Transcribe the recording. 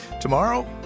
Tomorrow